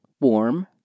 warm